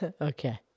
Okay